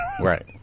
Right